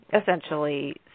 essentially